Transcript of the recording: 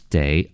day